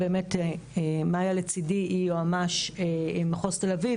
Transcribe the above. מאיה לצידי היא יועמ"ש מחוז תל אביב